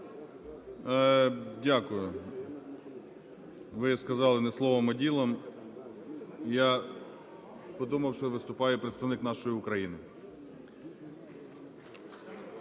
Дякую. Ви сказали не словом, а ділом. Я подумав, що виступає представник "Нашої України".